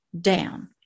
down